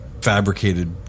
fabricated